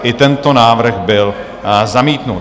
I tento návrh byl zamítnut.